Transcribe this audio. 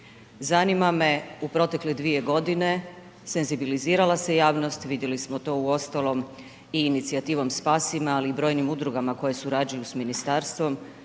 Zanima me u protekle 2 g. senzibilizirala se javnost, vidjeli smo to uostalom i inicijativom Spasi me ali i brojnim udrugama, koje surađuju s ministarstvom,